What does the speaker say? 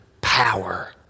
power